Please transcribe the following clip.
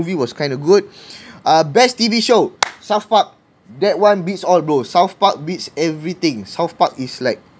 was kind of good ah best T_V show south park that one beats all bro south park beats everything south part is like